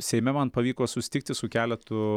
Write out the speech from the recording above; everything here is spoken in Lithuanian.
seime man pavyko susitikti su keletu